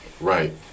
Right